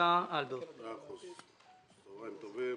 צהרים טובים.